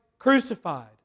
Crucified